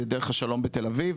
בדרך השלום בתל אביב